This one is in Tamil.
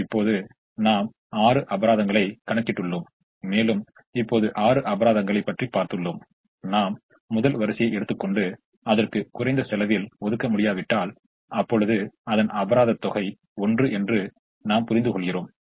இப்போது நாம் 6 அபராதங்களை கணக்கிட்டுள்ளோம் மேலும் இப்போது 6 அபராதங்களைப் பற்றி பார்த்துள்ளோம் நாம் முதல் வரிசையை எடுத்துக் கொண்டு அதற்கு குறைந்த செலவில் ஒதுக்க முடியாவிட்டால் அப்பொழுது அபராதம் தொகை 1 என்று நாம் புரிந்துகொள்கிறோம்